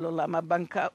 על עולם הבנקאות,